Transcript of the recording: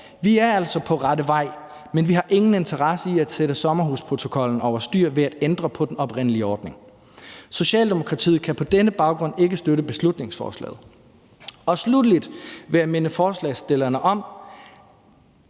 Vi er altså på rette vej, men vi har ingen interesse i at sætte sommerhusprotokollen over styr ved at ændre på den oprindelige ordning. Socialdemokratiet kan på denne baggrund ikke støtte beslutningsforslaget. Sluttelig vil jeg minde forslagsstillerne om,